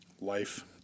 Life